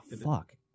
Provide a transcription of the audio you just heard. Fuck